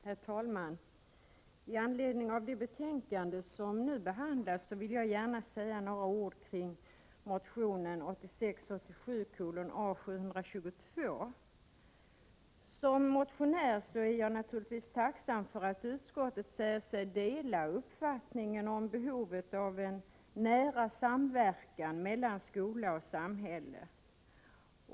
Herr talman! I anledning av det betänkande som nu behandlas vill jag gärna säga några ord om motion 1986/87:A722. Som motionär är jag naturligtvis tacksam för att utskottet säger sig dela uppfattningen om behovet av nära samverkan mellan skola och samhälle.